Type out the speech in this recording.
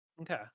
Okay